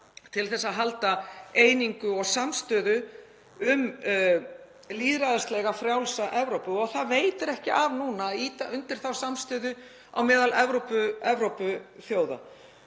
til að halda einingu og samstöðu um lýðræðislega frjálsa Evrópu. Það veitir ekki af núna að ýta undir þá samstöðu á meðal Evrópuþjóða.